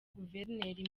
guverineri